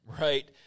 Right